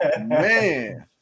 Man